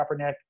Kaepernick